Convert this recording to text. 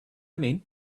mean